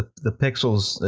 ah the pixels,